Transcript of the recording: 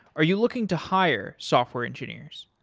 are you looking to hire software engineers?